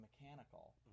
mechanical